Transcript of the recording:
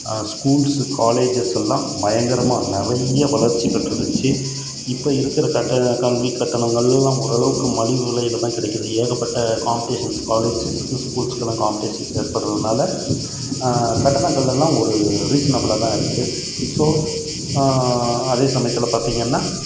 schools colleges எல்லாம் பயங்கரமாக நிறைய வளர்ச்சி பெற்றுடுச்சு இப்போது இருக்கிற கட்டண கல்வி கட்டணங்கள்லாம் ஓரளவுக்கு மலிவு விலையில் தான் கிடைக்குது ஏகப்பட்ட காம்படீஷன்ஸ் காலேஜி ஸ்கூல்ஸுக்கெல்லாம் காம்படீஷன்ஸ் ஏற்படுகிறதுனால கட்டணங்கள் எல்லாம் ஒரு ரீசனபுலாக தான் இருக்குது ஸோ அதே சமயத்தில் பார்த்தீங்கன்னா